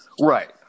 Right